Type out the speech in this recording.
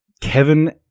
Kevin